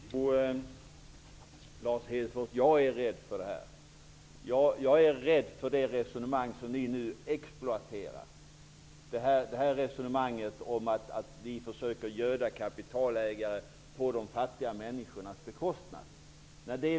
Herr talman! Jo, Lars Hedfors, jag är rädd för detta. Jag är rädd för det resonemang som ni nu exploaterar, resonemanget om att vi försöker göda kapitalägare på de fattiga människornas bekostnad.